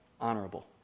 honorable